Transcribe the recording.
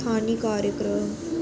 स्थानी कार्यक्रम